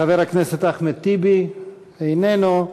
חבר הכנסת אחמד טיבי, אינו נוכח.